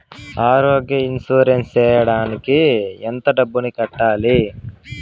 ఆరోగ్య ఇన్సూరెన్సు సేయడానికి ఎంత డబ్బుని కట్టాలి?